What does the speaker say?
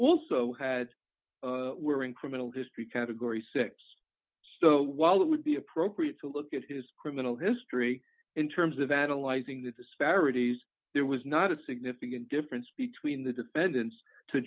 also had were in criminal history category six so while it would be appropriate to look at his criminal history in terms of analyzing the disparities there was not a significant difference between the defendants to